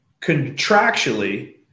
Contractually